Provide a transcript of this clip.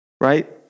right